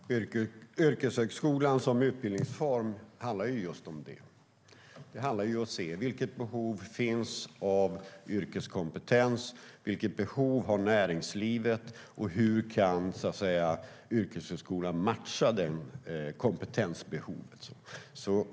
Herr talman! Yrkeshögskolan som utbildningsform handlar just om detta. Det handlar om att se vilket behov som finns av yrkeskompetens, vilket behov näringslivet har och hur yrkeshögskolan kan matcha kompetensbehovet.